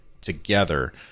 together